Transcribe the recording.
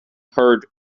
heard